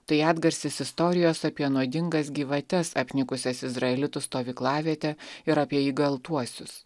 tai atgarsis istorijos apie nuodingas gyvates apnikusias izraelitų stovyklavietę ir apie įgeltuosius